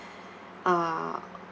uh